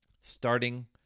Starting